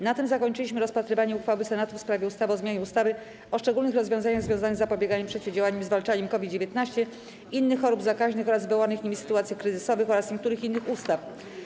Na tym zakończyliśmy rozpatrywanie uchwały Senatu w sprawie ustawy o zmianie ustawy o szczególnych rozwiązaniach związanych z zapobieganiem, przeciwdziałaniem i zwalczaniem COVID-19, innych chorób zakaźnych oraz wywołanych nimi sytuacji kryzysowych oraz niektórych innych ustaw.